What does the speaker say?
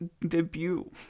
debut